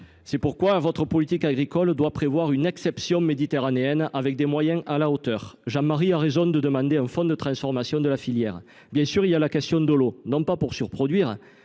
C’est pourquoi votre politique agricole doit prévoir une exception méditerranéenne, dotée de moyens à la hauteur. Ainsi, Jean Marie a raison de demander « un fond de transformation de la filière ». Il convient bien sûr de répondre à la question de l’eau, non pas pour surproduire,